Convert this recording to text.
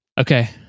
Okay